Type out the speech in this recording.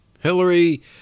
Hillary